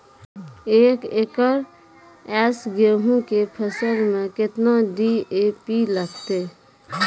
एक एकरऽ गेहूँ के फसल मे केतना डी.ए.पी लगतै?